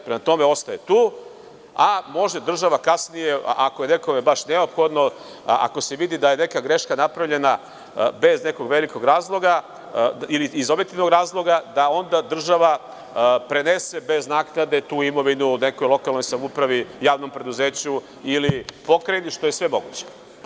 Prema tome ostaje tu, a može država kasnije, ako je nekome baš neophodno, ako se vidi da je neka greška napravljena bez nekog velikog razloga, ili iz objektivnog razloga, da onda država prenese bez naknade tu imovinu nekoj lokalnoj samoupravi, javnom preduzeću ili pokrajini, što je sve moguće.